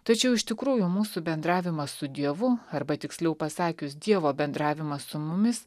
tačiau iš tikrųjų mūsų bendravimas su dievu arba tiksliau pasakius dievo bendravimas su mumis